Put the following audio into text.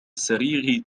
السرير